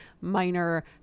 minor